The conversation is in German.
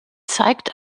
zeigt